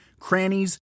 crannies